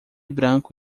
branco